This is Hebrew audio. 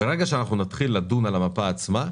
כאשר נתחיל לדון על המפה עצמה,